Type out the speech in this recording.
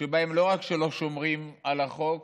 שבהם לא רק שלא שומרים על החוק